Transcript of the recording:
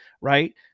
right